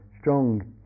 strong